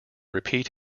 repeat